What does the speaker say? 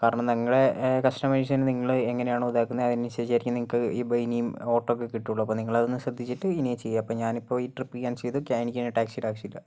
കാരണം ഞങ്ങളെ കസ്റ്റമേഴ്സിനെ നിങ്ങള് എങ്ങനെയാണോ ഇതാക്കുന്നത് അതിനനുസരിച്ചായിരിക്കും നിങ്ങൾക്ക് ഇപ്പോൾ ഇനിയും ഓട്ടമൊക്കെ കിട്ടുകയുള്ളു അപ്പോൾ നിങ്ങളതൊന്ന് ശ്രദ്ധിച്ചിട്ട് ഇനിയും ചെയ്യുക അപ്പോൾ ഞാനിപ്പോൾ ഈ ട്രിപ്പ് ക്യാൻസല് ചെയ്തു എനിക്ക് ഇനി ടാക്സിയുടെ ആവശ്യം ഇല്ല